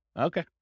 Okay